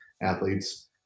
athletes